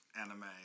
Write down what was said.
anime